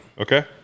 Okay